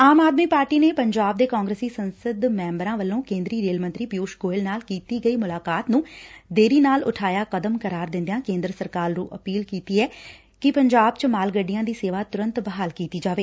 ਆਮ Aadmi Party ਨੇ ਪੰਜਾਬ ਦੇ ਕਾਂਗਰਸੀ ਸੰਸਦ ਮੈਬਰਾਂ ਵੱਲੋ ਕੇਦਰੀ ਰੇਲ ਮੰਤਰੀ ਪਿਊਸ਼ ਗੋਇਲ ਨਾਲ ਕੀਤੀ ਗਈ ਮੁਲਾਕਾਤ ਨੂੰ ਦੇਰ ਨਾਲ ਉਠਾਇਆ ਕਦਮ ਕਰਾਰ ਦਿੰਦਿਆਂ ਕੇਂਦਰ ਸਰਕਾਰ ਨੂੰ ਅਪੀਲ ਕੀਤੀ ਐ ਕਿ ਪੰਜਾਬ ਚ ਮਾਲ ਗੱਡੀਆਂ ਦੀ ਸੇਵਾ ਤੁਰੰਤ ਬਹਾਲ ਕੀਤੀ ਜਾਵੇ